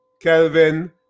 Kelvin